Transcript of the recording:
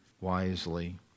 wisely